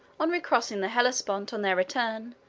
on recrossing the hellespont on their return,